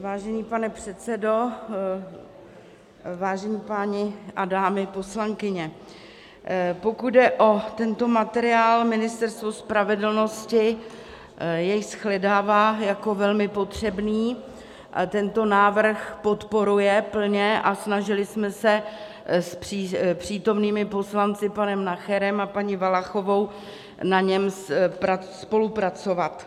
Vážený pane předsedo, vážení páni a dámy poslankyně, pokud jde o tento materiál, Ministerstvo spravedlnosti jej shledává jako velmi potřebný a tento návrh podporuje plně a snažili jsme se s přítomnými poslanci panem Nacherem a paní Valachovou na něm spolupracovat.